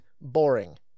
boring